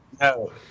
No